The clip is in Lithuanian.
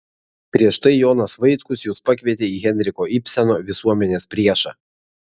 prieš tai jonas vaitkus jus pakvietė į henriko ibseno visuomenės priešą